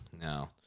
No